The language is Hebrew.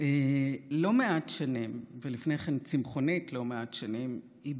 לא מעט שנים ולפני כן צמחונית לא מעט שנים היא,